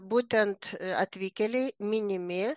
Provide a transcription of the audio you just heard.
būtent atvykėliai minimi